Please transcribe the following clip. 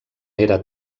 era